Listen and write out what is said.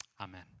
Amen